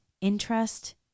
interest